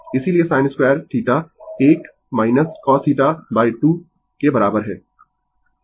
इसीलिए sin2θ 1 cosθ 2 के बराबर है